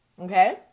Okay